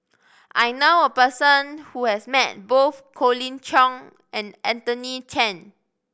I know a person who has met both Colin Cheong and Anthony Chen